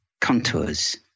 contours